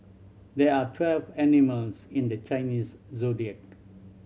there are twelve animals in the Chinese Zodiac